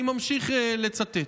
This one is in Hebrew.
אני ממשיך לצטט: